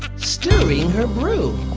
stirring her brew.